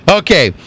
okay